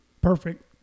perfect